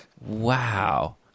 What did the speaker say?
Wow